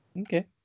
Okay